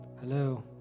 Hello